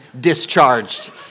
discharged